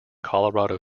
colorado